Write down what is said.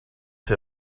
say